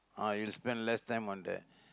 ah you'll spend less time on there